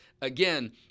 Again